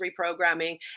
reprogramming